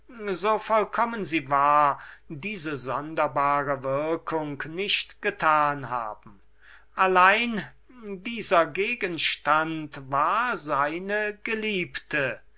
so außerordentlich sie war diese sonderbare würkung nicht getan haben allein dieser gegenstand war seine geliebte